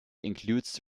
includes